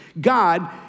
God